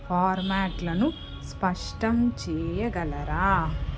ఫార్మాట్లను స్పష్టం చెయ్యగలరా